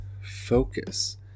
focus